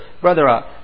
brother